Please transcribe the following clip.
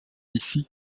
ici